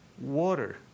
water